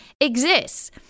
exists